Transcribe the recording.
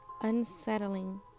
unsettling